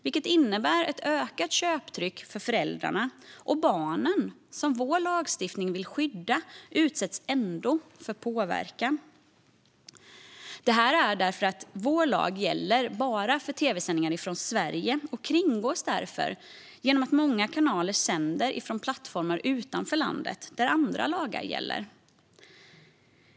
Det innebär ett ökat köptryck på föräldrarna och att barnen, som vår lagstiftning vill skydda, ändå utsätts för påverkan - detta därför att vår lag bara gäller för tv-sändningar från Sverige. Den kringgås genom att många kanaler sänder från plattformar utanför vårt land, där andra lagar gäller.